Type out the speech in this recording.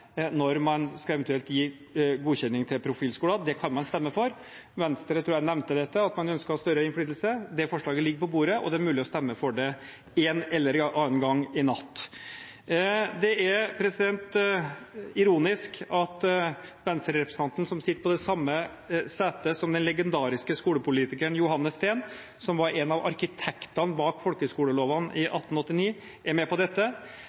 når man eventuelt skal gi godkjenning til profilskoler. Det kan man stemme for. Jeg tror Venstre nevnte dette, at man ønsket større innflytelse. Det forslaget ligger på bordet, og det er mulig å stemme for det en eller annen gang i natt. Det er ironisk at Venstre-representanten som sitter på det samme setet som den legendariske skolepolitikeren Johannes Steen, som var en av arkitektene bak folkeskolelovene i 1889, er med på dette.